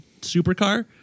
supercar